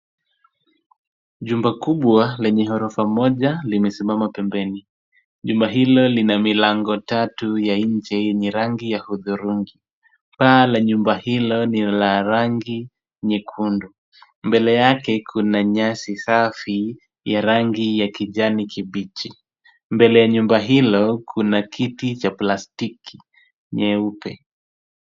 Jumba kubwa lenye ghorofa moja limesimama pembeni. Jumba hilo lina milango tatu ya nje yenye rangi ya hudhurungi. Paa la nyumba hilo ni la rangi nyekundu. Mbele yake kuna nyasi safi ya rangi kijani kibichi. Mbele ya nyumba hilo kuna kiti cha plastiki nyeupe.